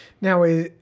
Now